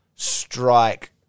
strike